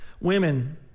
Women